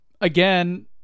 again